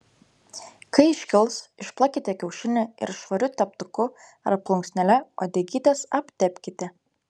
kai iškils išplakite kiaušinį ir švariu teptuku ar plunksnele uodegytes aptepkite